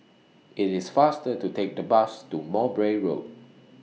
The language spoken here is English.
IT IS faster to Take The Bus to Mowbray Road